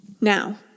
Now